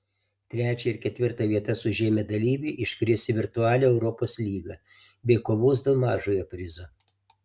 trečią ir ketvirtą vietas užėmę dalyviai iškris į virtualią europos lygą bei kovos dėl mažojo prizo